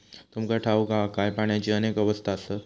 तुमका ठाऊक हा काय, पाण्याची अनेक अवस्था आसत?